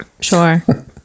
Sure